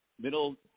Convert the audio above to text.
middle